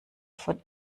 von